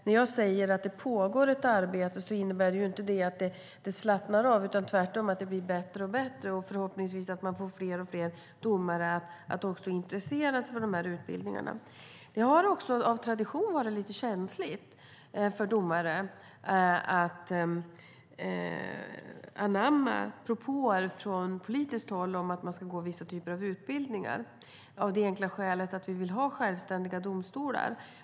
När jag säger att det pågår ett arbete innebär det inte att det slappnar av utan att det tvärtom blir bättre och bättre och att man förhoppningsvis får fler och fler domare att intressera sig för utbildningarna. Det har också av tradition varit lite känsligt för domare att anamma propåer från politiskt håll om att gå vissa typer av utbildningar, av det enkla skälet att vi vill ha självständiga domstolar.